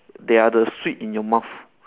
they are the sweet in your mouth